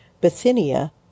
Bithynia